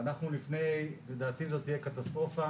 לדעתי זו תהיה קטסטרופה